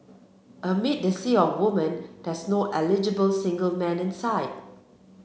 amid the sea of women there's no eligible single man in sight